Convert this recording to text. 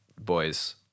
boys